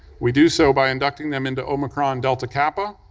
we do so by inducting them into omicron delta kappa,